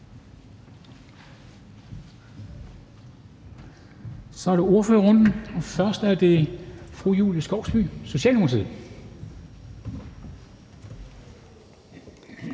over til ordførerrunden. Det er først fru Julie Skovsby, Socialdemokratiet.